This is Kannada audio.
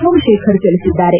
ಸೋಮಶೇಖರ್ ತಿಳಿಸಿದ್ದಾರೆ